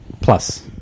Plus